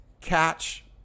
catch